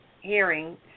hearing